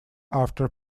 after